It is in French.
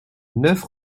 neuf